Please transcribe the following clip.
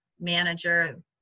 manager